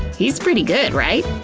he's pretty good, right?